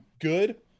good